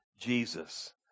Jesus